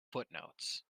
footnotes